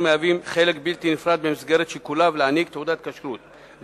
מהווים חלק בלתי נפרד במסגרת שיקוליו להעניק תעודת כשרות.